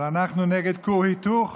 אבל אנחנו נגד כור היתוך